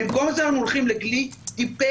ובמקום זה אנחנו הולכים לכלי טיפש,